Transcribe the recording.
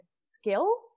skill